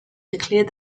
declared